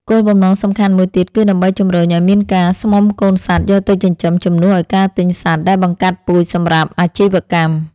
គោលបំណងសំខាន់មួយទៀតគឺដើម្បីជម្រុញឱ្យមានការស្មុំកូនសត្វយកទៅចិញ្ចឹមជំនួសឱ្យការទិញសត្វដែលបង្កាត់ពូជសម្រាប់អាជីវកម្ម។